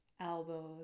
elbows